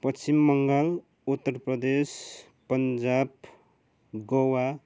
Paschim Bangal Uttar Pradesh Punjab Goa